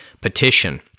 petition